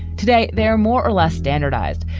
today they're more or less standardized.